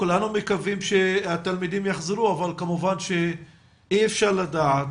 כולנו מקווים שהתלמידים יחזרו אבל כמובן שאי אפשר לדעת